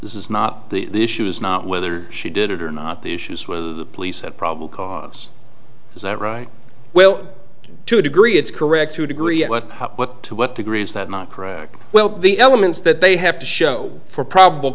this is not the issue is not whether she did it or not the issue is whether the police had probable cause is that right well to a degree it's correct to a degree but what to what degree is that not correct well the elements that they have to show for probable